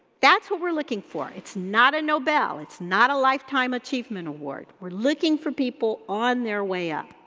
that's what we're looking for. it's not a nobel, it's not a lifetime achievement award, we're looking for people on their way up.